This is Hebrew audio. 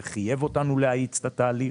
זה חייב אותנו להאיץ את התהליך.